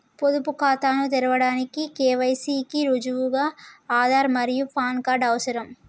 పొదుపు ఖాతాను తెరవడానికి కే.వై.సి కి రుజువుగా ఆధార్ మరియు పాన్ కార్డ్ అవసరం